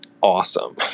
awesome